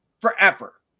forever